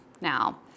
now